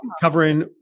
covering